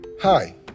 Hi